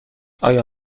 آیا